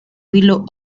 willow